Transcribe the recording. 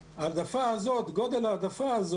אם כי העבודה הזו נעשתה אבל אני פשוט נענה למה שהוועדה ביקשה.